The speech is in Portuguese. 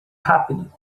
rápido